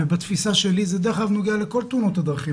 זה דרך אגב נוגע לכל תאונות הדרכים,